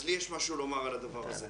אז לי יש משהו לומר על הדבר הזה: